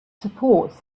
supports